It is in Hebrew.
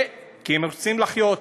כי הם רוצים לחיות.